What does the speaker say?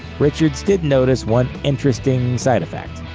richards did notice one interesting side effect.